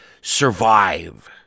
survive